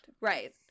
right